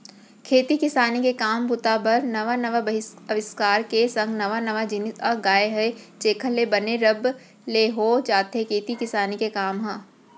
खेती किसानी के काम बूता बर नवा नवा अबिस्कार के संग नवा नवा जिनिस आ गय हे जेखर ले बने रब ले हो जाथे खेती किसानी के काम ह